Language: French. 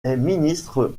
ministre